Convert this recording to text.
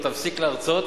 יגיד לו: תפסיק להרצות,